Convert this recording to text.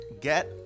get